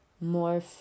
more